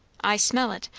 i smell it.